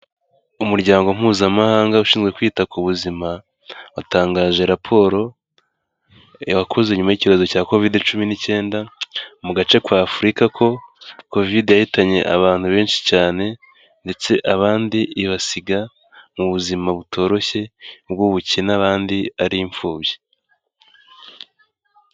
Umuryango mpuzamahanga ushinzwe kwita ku buzima, watangaje raporo wakuze nyuma y'icyorezo cya kovide cumi n'icyenda, mu gace ka Afurika ko, kovide yahitanye abantu benshi cyane, ndetse abandi ibasiga mu buzima butoroshye bw'ubukene, abandi ari imfubyi.